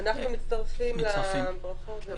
אנחנו מצטרפים לברכות.